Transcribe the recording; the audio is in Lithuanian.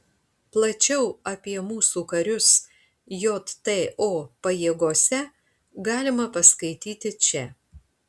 plačiau apie mūsų karius jto pajėgose galima paskaityti čia